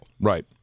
right